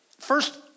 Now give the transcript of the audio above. First